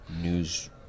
news